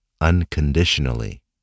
unconditionally